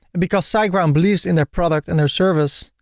because siteground believes in their product and their service,